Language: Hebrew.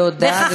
תודה,